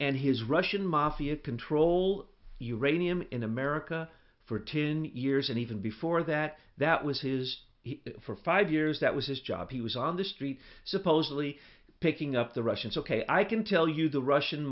and his russian mafia control uranium in america for ten years and even before that that was his for five years that was his job he was on the street supposedly picking up the russians ok i can tell you the russian